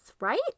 right